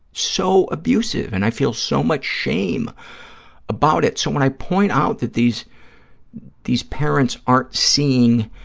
so abusive, and i feel so much shame about it. so, when i point out that these these parents aren't seeing